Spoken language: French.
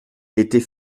était